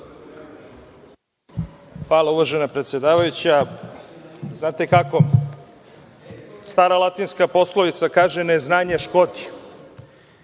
Hvala, uvažena predsedavajuća. Znate kako, stara latinska poslovica kaže – neznanje škodi,